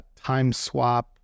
Timeswap